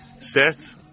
set